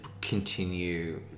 continue